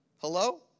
Hello